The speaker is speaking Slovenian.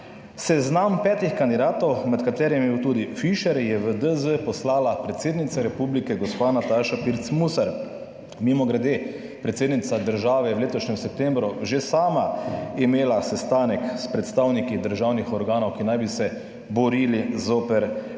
Seznam petih kandidatov, med katerimi je bil tudi Fišer, je v DZ poslala predsednica republike ga. Nataša Pirc Musar. Mimogrede, predsednica države v letošnjem septembru že sama imela sestanek s predstavniki državnih organov, ki naj bi se borili zoper korupcijo.